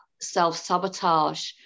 self-sabotage